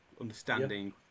understanding